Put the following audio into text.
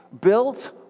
built